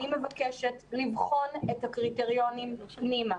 אני מבקשת לבחון את הקריטריונים פנימה.